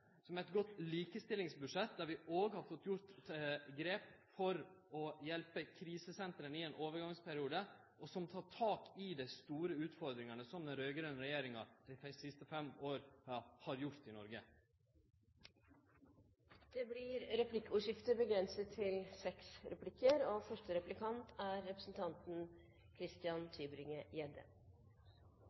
som er eit godt likestillingsbudsjett, der vi òg har fått gjort grep for å hjelpe krisesentra i ein overgangsperiode, og som tek tak i dei store utfordringane, som den raud-grøne regjeringa dei siste fem åra har gjort i Noreg. Det blir replikkordskifte.